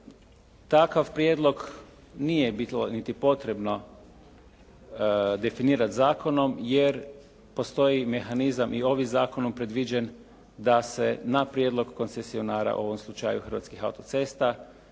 Takav prijedlog nije bilo niti potrebno definirati zakonom jer postoji mehanizam i ovim zakonom predviđen, da se na prijedlog koncesionara u ovom slučaju Hrvatskih autocesta